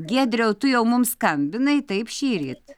giedriau tu jau mums skambinai taip šįryt